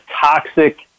toxic